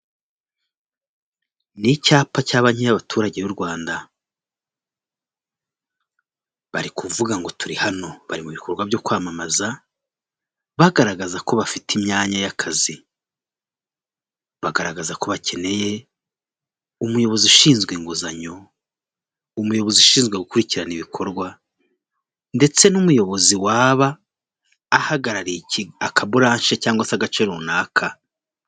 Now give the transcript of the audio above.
Ni icyapa cya banki y'abaturage y'u Rwanda, barikuvuga ngo turi hano, bari mu bikorwa byo kwamamaza, baragaza ko bafite imyanya y'akazi. Bagaragaza ko bakeneye, umuyobozi ushinzwe inguzanyo, umuyobozi ushinzwe gukurikirana ibikorwa, ndetse n'umuyobozi waba ahagarariye akaburanshi cyangwa se agace runaka.